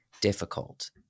difficult